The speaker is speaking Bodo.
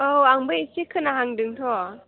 औ आंबो एसे एसे खोनाहांदोंथ'